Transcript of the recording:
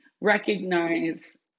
recognize